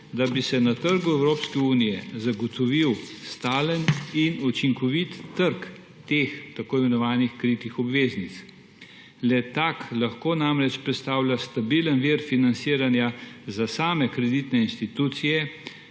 da bi se na trgu Evropske unije zagotovil stalen in učinkovit trg teh tako imenovanih kritih obveznic. Le tak lahko namreč predstavlja stabilen vir financiranja za same kreditne institucije,